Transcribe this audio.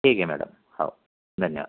ठीक आहे मॅडम हो धन्यवाद